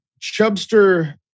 Chubster